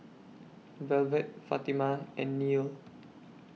Velvet Fatima and Neal